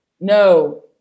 No